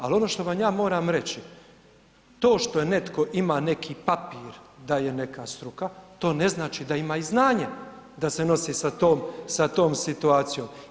Al ono što vam ja moram reći, to što je netko ima neki papir da je neka struka, to ne znači da ima i znanje da se nosi sa tom, sa tom situacijom.